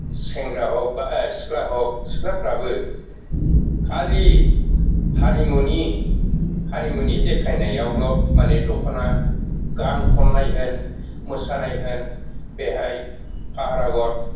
सेंग्रा हक बा सिख्ला हक सिख्लाफ्राबो खालि हारिमुनि हारिमुनि देखायनायावल' माने दख'ना गान खननाय होन मोसानाय होन बेहाय फाहार आगर